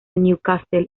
newcastle